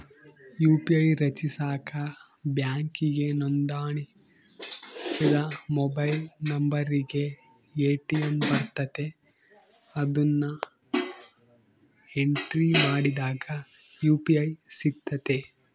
UPI ರಚಿಸಾಕ ಬ್ಯಾಂಕಿಗೆ ನೋಂದಣಿಸಿದ ಮೊಬೈಲ್ ನಂಬರಿಗೆ ಓ.ಟಿ.ಪಿ ಬರ್ತತೆ, ಅದುನ್ನ ಎಂಟ್ರಿ ಮಾಡಿದಾಗ ಯು.ಪಿ.ಐ ಸಿಗ್ತತೆ